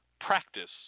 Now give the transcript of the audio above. practice